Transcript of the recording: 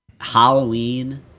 Halloween